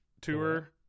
tour